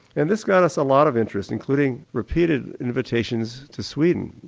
and this got us a lot of interest including repeated invitations to sweden.